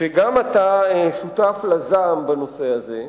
שגם אתה שותף לזעם בנושא הזה,